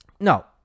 no